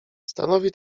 stanowi